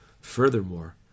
Furthermore